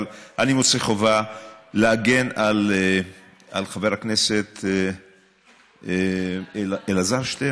אבל אני מוצא חובה להגן על חבר הכנסת אלעזר שטרן,